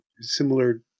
similar